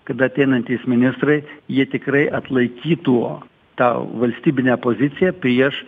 kad ateinantys ministrai jie tikrai atlaikytų tą valstybinę poziciją prieš